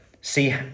See